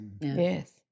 yes